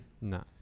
No